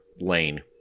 lane